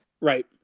Right